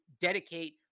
dedicate